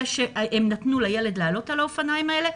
שהם נתנו לילד לעלות על האופניים הללו,